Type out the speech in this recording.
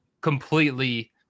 completely